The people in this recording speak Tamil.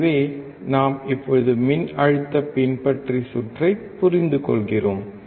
எனவே நாம் இப்போது மின்னழுத்த பின்பற்றிச் சுற்றைப் புரிந்துகொள்கிறோம்